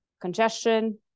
congestion